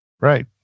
right